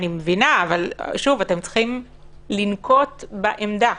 אני מבינה, אבל אתם צריכים לנקוט בעמדה.